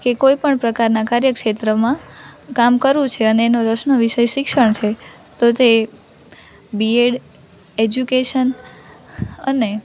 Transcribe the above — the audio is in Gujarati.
કે કોઈપણ પ્રકારનાં કાર્યક્ષેત્રમાં કામ કરવું છે અને એનો રસનો વિષય શિક્ષણ છે તો તે બીએડ એજ્યુકેશન અને